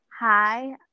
Hi